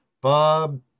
Bob